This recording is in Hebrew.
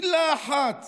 מילה אחת